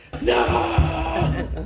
No